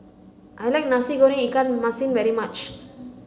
I like Nasi Goreng Ikan Masin very much